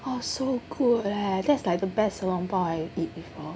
oh so good leh that's like the best xiao long bao I've eat before